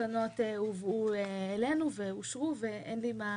התקנות הובאו אלינו ואושרו ואין לי מה